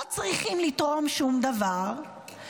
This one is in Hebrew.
לא צריכים לתרום שום דבר,